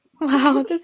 wow